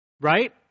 Right